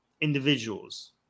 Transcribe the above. individuals